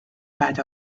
patch